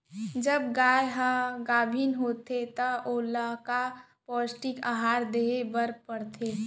जब गाय ह गाभिन होथे त ओला का पौष्टिक आहार दे बर पढ़थे?